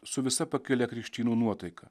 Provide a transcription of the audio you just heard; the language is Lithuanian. su visa pakilia krikštynų nuotaika